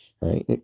right